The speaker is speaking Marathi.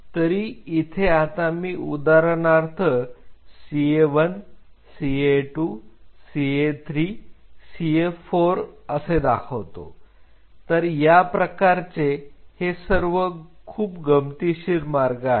तरी इथे आता मी उदाहरणार्थ CA1 CA2 CA3 CA4 असे दाखवतो तर या प्रकारचे हे सर्व खूप पद्धतशीर मार्ग आहेत